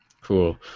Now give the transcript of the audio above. cool